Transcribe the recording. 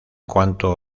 cuanto